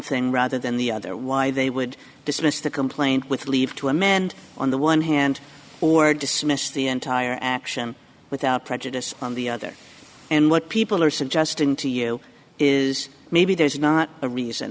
thing rather than the other why they would dismiss the complaint with leave to amend on the one hand or dismiss the entire action without prejudice on the other and what people are suggesting to you is maybe there's not a reason